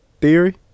Theory